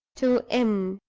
to m,